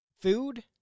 food